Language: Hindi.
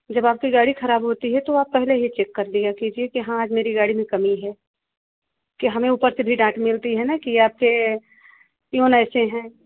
जब आपकी गाड़ी ख़राब होती है तो पहले ही चेक के दिया कीजिए कि हाँ आज मेरी गाड़ी में कमी है कि हमें ऊपर से भी डाँट मिलती है ना कि आपके पियून ऐसे हैं